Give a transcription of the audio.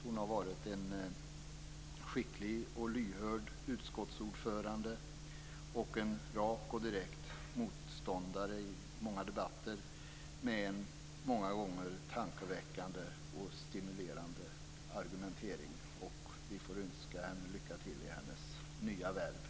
Hon har varit en skicklig och lyhörd utskottsordförande och en rak och direkt motståndare i många debatter, med en många gånger tankeväckande och stimulerande argumentering. Vi får önska henne lycka till i hennes nya värv.